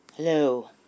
Hello